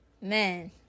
Man